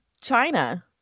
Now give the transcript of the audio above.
China